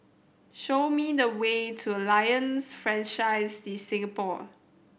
show me the way to Alliance Francaise De Singapour